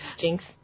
Jinx